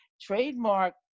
Trademark